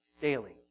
daily